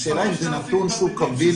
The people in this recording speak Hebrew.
אבל השאלה אם זה נתון שהוא קביל.